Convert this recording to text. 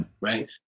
Right